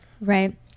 Right